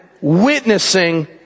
witnessing